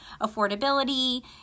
affordability